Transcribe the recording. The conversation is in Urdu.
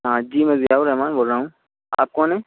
ہاں جی میں ضیاء الرحمن بول رہا ہوں آپ کون ہیں